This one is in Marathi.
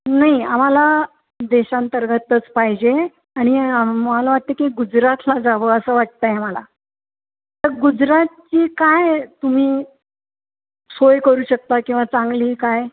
नाही आम्हाला देशांतर्गतच पाहिजे आणि मला वाटते की गुजरातला जावं असं वाटत आहे मला तर गुजरातची काय तुम्ही सोय करू शकता किंवा चांगली काय